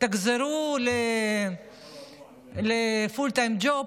תחזרו ל-full time job,